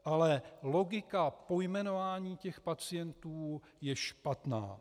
Ale logika pojmenování těch pacientů je špatná.